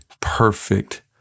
perfect